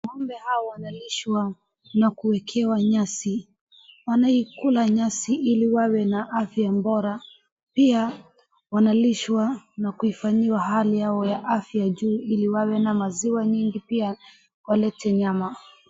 Ng'ombe hao wanalishwa na kuekewa nyasi. Wanaikula nyasi ili wawe afya bora. Pia wanalishwa na kufanyiwa hali yao ya afya juu ili wawe na maziwa mingi pia walete nyama.